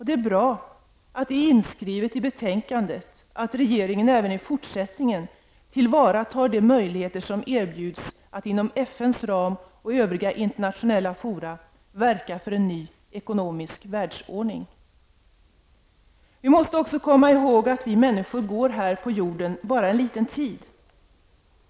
Det är bra att det står inskrivet i betänkandet att regeringen även i fortsättningen tillvaratar de möjligheter som erbjuds att inom FNs ram och övriga internationella fora verka för en ny ekonomisk världsordning. Vi måste också komma ihåg att människor går här på jorden bara en liten tid.